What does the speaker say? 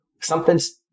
something's